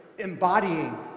embodying